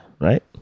Right